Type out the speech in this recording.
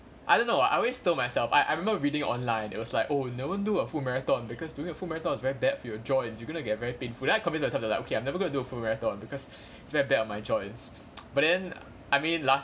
I don't know I always told myself I I remember reading online it was like oh never do a full marathon because doing a full marathon is very bad for your joints you going to get very painful then I commit to myself I was like okay I'm never gonna do full marathon because it's very bad on my joints but then I mean last